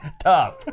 Tough